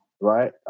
right